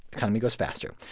economy grows faster.